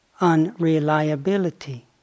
Unreliability